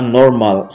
normal